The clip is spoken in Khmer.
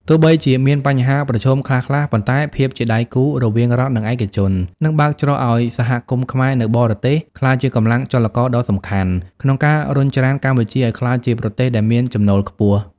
ទោះបីជាមានបញ្ហាប្រឈមខ្លះៗ ប៉ុន្តែ ភាពជាដៃគូរវាងរដ្ឋ និងឯកជន នឹងបើកច្រកឱ្យសហគមន៍ខ្មែរនៅបរទេសក្លាយជាកម្លាំងចលករដ៏សំខាន់ ក្នុងការរុញច្រានកម្ពុជាឱ្យក្លាយជាប្រទេសដែលមានចំណូលខ្ពស់។